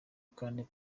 kandi